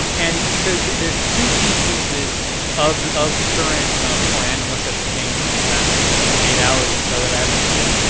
um and so there's two key pieces of of the current plan, unless that's changed in the past, yeah i don't know, eight hours or so that i haven't seen,